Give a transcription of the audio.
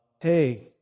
hey